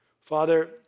Father